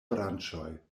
branĉoj